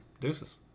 Deuces